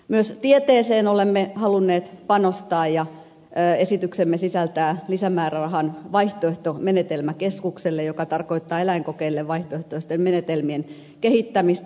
myös tieteeseen olemme halunneet panostaa ja esityksemme sisältää lisämäärärahan vaihtoehtomenetelmäkeskukselle joka tarkoittaa eläinkokeille vaihtoehtoisten menetelmien kehittämistä